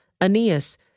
Aeneas